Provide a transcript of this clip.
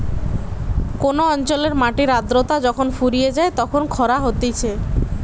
কোন অঞ্চলের মাটির আদ্রতা যখন ফুরিয়ে যায় তখন খরা হতিছে